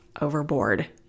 overboard